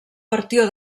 partió